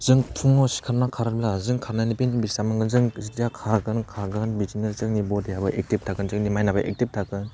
जों फुङाव सिखारना खारोब्ला जों खारनायनि फिन बिसिबां मोनगोन जों जा खारगोन खारनानै बिदिनो जोंनि बडियाबो एकटिभ थागोन जोंनि माइन्डआबो एकटिभ थागोन